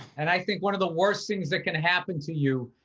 and i think one of the worst things that can happen to you,